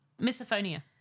Misophonia